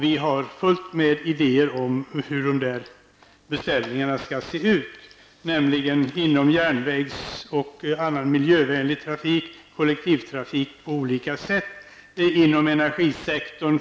Vi har fullt med idéer om hur dessa beställningar skall se ut. Det kan vara inom områden som järnväg och annan miljövänlig kollektivtrafik, och det kan vara inom energisektorn.